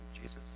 Jesus